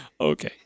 Okay